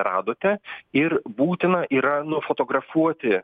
radote ir būtina yra nufotografuoti